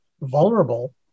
vulnerable